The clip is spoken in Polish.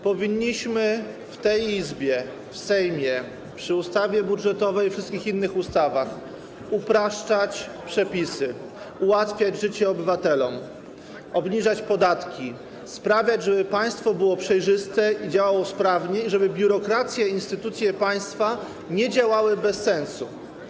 Powinniśmy w tej Izbie, w Sejmie, w przypadku ustawy budżetowej i wszystkich innych ustaw upraszczać przepisy, ułatwiać życie obywatelom, obniżać podatki, sprawiać, żeby państwo było przejrzyste i działało sprawnie, żeby biurokracja i instytucje państwa nie działały bez sensu.